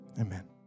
amen